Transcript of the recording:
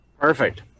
Perfect